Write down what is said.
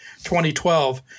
2012